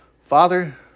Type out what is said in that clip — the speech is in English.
Father